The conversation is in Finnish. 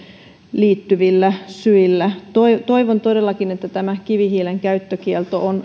liittyvillä syillä toivon toivon todellakin että tämä kivihiilen käyttökielto on